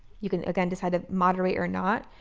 you can again decide to moderate or not,